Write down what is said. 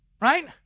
Right